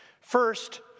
First